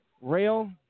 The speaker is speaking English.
rail